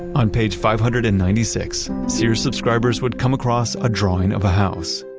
on page five hundred and ninety six, sears subscribers would come across a drawing of a house.